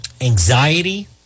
anxiety